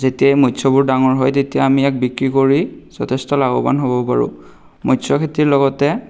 যেতিয়াই মস্যবোৰ ডাঙৰ হয় তেতিয়াই আমি ইয়াক বিক্ৰী কৰি যথেষ্ট লাভৱান হ'ব পাৰোঁ মস্য খেতিৰ লগতে